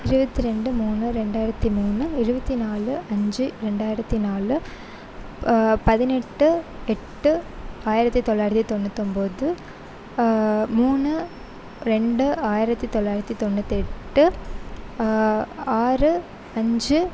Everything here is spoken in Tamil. இருபத்து ரெண்டு மூணு ரெண்டாயிரத்து மூணு இருபத்தி நாலு அஞ்சு ரெண்டாயிரத்து நாலு பதினெட்டு எட்டு ஆயிரத்து தொள்ளாயிரத்து தொண்ணூத்தொம்பது மூணு ரெண்டு ஆயிரத்து தொள்ளாயிரத்து தொண்ணுாத்தெட்டு ஆறு அஞ்சு